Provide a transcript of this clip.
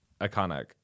iconic